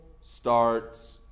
starts